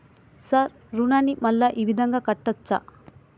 Sir రుణాన్ని మళ్ళా ఈ విధంగా కట్టచ్చా?